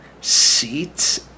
seats